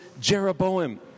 Jeroboam